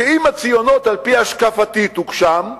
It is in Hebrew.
שאם הציונות על-פי השקפתי תוגשם,